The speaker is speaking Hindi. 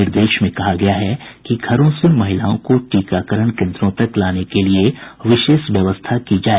निर्देश में कहा गया है कि घरों से महिलाओं को टीकाकरण केन्द्रों तक लाने के लिए विशेष व्यवस्था की जाए